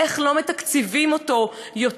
איך לא מתקצבים אותו יותר.